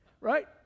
Right